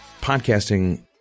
podcasting